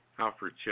Alfred